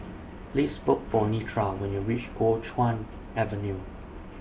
Please Look For Nedra when YOU REACH Kuo Chuan Avenue